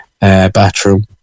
bathroom